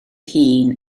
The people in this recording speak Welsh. hun